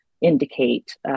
indicate